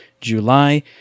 july